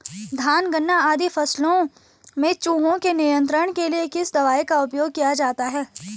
धान गन्ना आदि फसलों में चूहों के नियंत्रण के लिए किस दवाई का उपयोग किया जाता है?